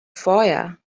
foyer